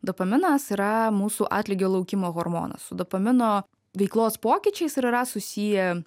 dopaminas yra mūsų atlygio laukimo hormonas su dopamino veiklos pokyčiais ir yra susiję